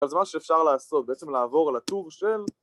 אז זה משהו שאפשר לעשות, בעצם לעבור על הטור של